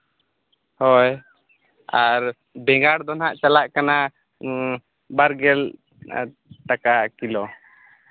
ᱦᱳᱭ ᱟᱨ ᱵᱮᱸᱜᱟᱲ ᱫᱚ ᱦᱟᱸᱜ ᱪᱟᱞᱟᱜ ᱠᱟᱱᱟ ᱵᱟᱨ ᱜᱮᱞ ᱴᱟᱠᱟ ᱠᱤᱞᱳ